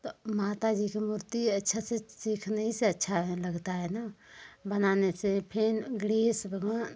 तो माताजी की मूर्ति अच्छा से सीखने से अच्छा है लगता है ना बनाने से फिर गणेश भगवान